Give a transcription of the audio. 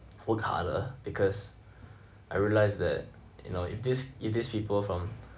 work harder because I realised that you know if these if these people from